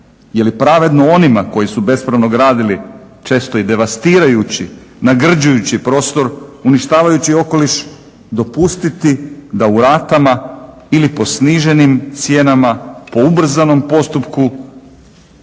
Jeli pravedno onima koji su bespravno gradili često i devastirajući nagrđujući prostor, uništavajući okoliš dopustiti da u ratama ili po sniženim cijenama po ubrzanom postupku